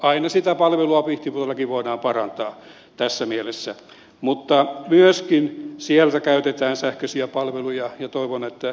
aina sitä palvelua pihtiputaallakin voidaan parantaa tässä mielessä mutta myöskin siellä käytetään sähköisiä palveluja ja toivon että myös siitä on apua